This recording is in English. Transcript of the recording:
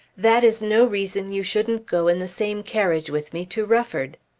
that is no reason you shouldn't go in the same carriage with me to rufford.